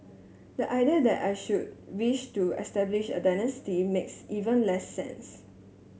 the idea that I should wish to establish a dynasty makes even less sense